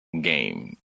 game